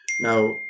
Now